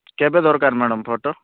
କେବେ ଦରକାର madam photo